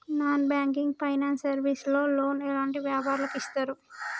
Non banking finance service లో loan ఎలాంటి వ్యాపారులకు ఇస్తరు?